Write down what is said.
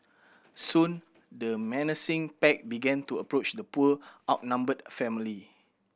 soon the menacing pack began to approach the poor outnumbered family